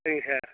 சரிங்க சார்